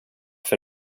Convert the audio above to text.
för